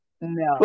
No